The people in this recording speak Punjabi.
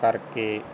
ਕਰਕੇ